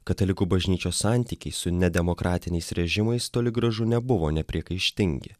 katalikų bažnyčios santykiai su nedemokratiniais režimais toli gražu nebuvo nepriekaištingi